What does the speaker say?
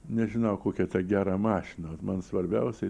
nežinojau kokią tai gerą mašiną man svarbiausia į